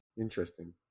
Interesting